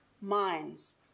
minds